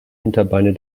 hinterbeine